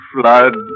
flood